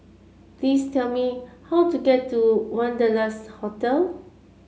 please tell me how to get to Wanderlust Hotel